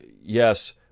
yes